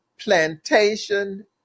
plantation